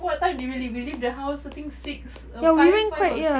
what time did we leave we leave the house I think six or five five or six